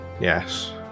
yes